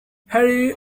harry